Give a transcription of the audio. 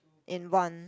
in one